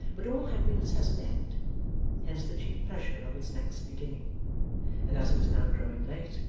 but all happiness has an end hence the chief pleasure of its next beginning and as it was now growing late,